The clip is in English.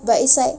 but it's like